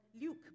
Luke